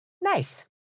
Nice